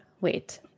wait